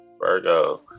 Virgo